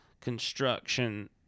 construction